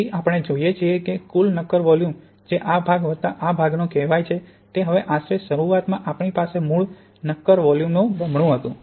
તેથી આપણે જોઈએ છીએ કે કુલ નક્કર વોલ્યુમ જે આ ભાગ વત્તા આ ભાગ કહેવાનો છે તે હવે આશરે છે શરૂઆતમાં આપણી પાસે મૂળ નક્કર વોલ્યુમ બમણું હતું